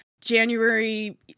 January